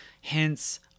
hence